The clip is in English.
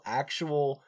actual